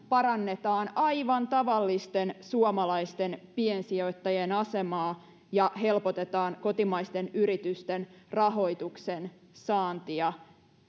parannetaan aivan tavallisten suomalaisten piensijoittajien asemaa ja helpotetaan kotimaisten yritysten rahoituksen saantia